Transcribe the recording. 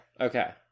Okay